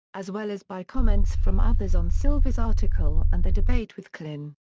as well as by comments from others on silver's article and the debate with klain.